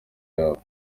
yabo